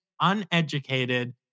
uneducated